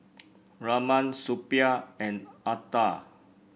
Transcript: Raman Suppiah and Atal